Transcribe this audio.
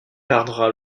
perdra